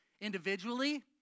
individually